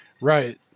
right